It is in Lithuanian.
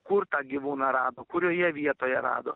kur tą gyvūną rado kurioje vietoje rado